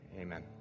Amen